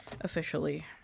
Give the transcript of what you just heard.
officially